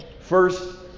first